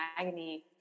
agony